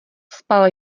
spal